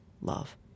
love